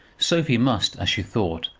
sophie must, as she thought,